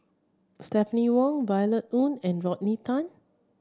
Stephanie Wong Violet Oon and Rodney Tan